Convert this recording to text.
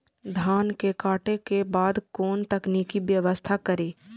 धान के काटे के बाद कोन तकनीकी व्यवस्था करी?